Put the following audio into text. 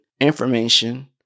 information